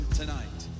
tonight